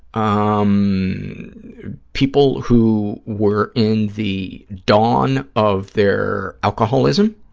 um people who were in the dawn of their alcoholism,